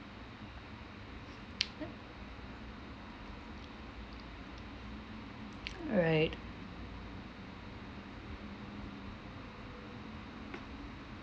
right